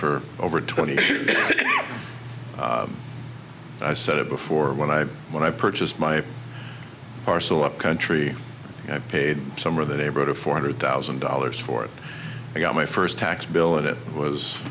for over twenty i said it before when i when i purchased my parcel upcountry i paid some of the neighborhood of four hundred thousand dollars for it i got my first tax bill and it was